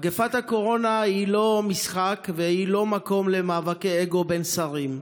מגפת הקורונה היא לא משחק והיא לא מקום למאבקי אגו בין שרים.